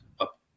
up